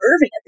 Irving